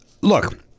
Look